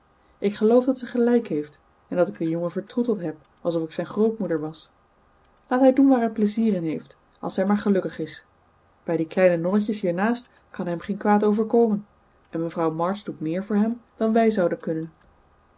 ik geloof dat ze gelijk heeft en dat ik den jongen vertroeteld heb alsof ik zijn grootmoeder was laat hij doen waar hij plezier in heeft als hij maar gelukkig is bij die kleine nonnetjes hiernaast kan hem geen kwaad overkomen en mevrouw march doet meer voor hem dan wij zouden kunnen